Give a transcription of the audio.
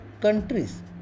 countries